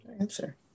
Answer